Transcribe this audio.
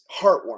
heartwarming